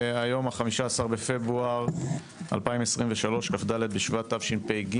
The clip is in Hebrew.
היום ה-15 בפברואר 2023, כ"ד בשבט תשפ"ג.